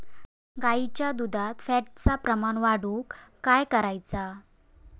गाईच्या दुधात फॅटचा प्रमाण वाढवुक काय करायचा?